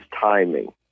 timing